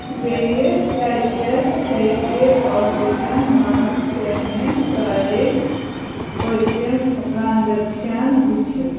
بیٚیہِ کتٮ۪تھ ہیٚکہٕ آکسِجن منٛز پٮ۪نہِ سارے پٔتِم ٹرٛانزَکشَن وٕچھِتھ